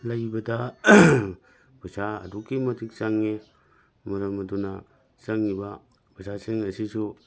ꯂꯩꯕꯗ ꯄꯩꯁꯥ ꯑꯗꯨꯛꯀꯤ ꯃꯇꯤꯛ ꯆꯪꯏ ꯃꯔꯝ ꯑꯗꯨꯅ ꯆꯪꯏꯕ ꯄꯩꯁꯥꯁꯤꯡ ꯑꯁꯤꯁꯨ